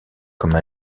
comme